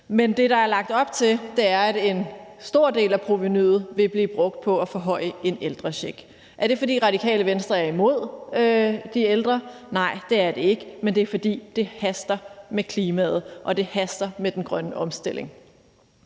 Men det, der er lagt op til, er, at en stor del af provenuet vil blive brugt på at forhøje en ældrecheck. Er det, fordi Radikale Venstre er imod de ældre? Nej, det er det ikke, men det er, fordi det haster med klimaet og det haster med den grønne omstilling.